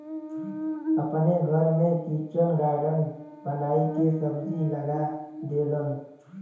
अपने घर में किचन गार्डन बनाई के सब्जी लगा देलन